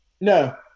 No